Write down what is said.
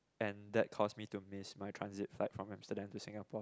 and that cost me to miss my transit flight from Amsterdam to Singapore